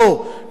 לא,